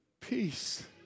peace